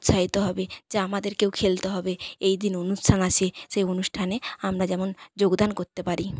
উৎসাহিত হবে যে আমাদেরকেও খেলতে হবে এই দিন অনুষ্ঠান আছে সেই অনুষ্ঠানে আমরা যেন যোগদান করতে পারি